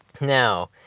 Now